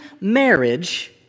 marriage